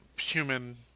human